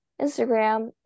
Instagram